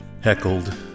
heckled